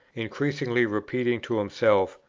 incessantly repeating to himself,